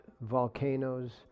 volcanoes